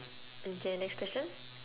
okay next question